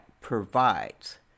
provides